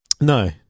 no